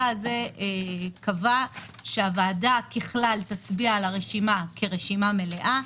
שקבע שהוועדה ככלל תצביע על הרשימה כרשימה מלאה,